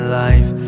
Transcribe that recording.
life